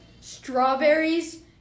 strawberries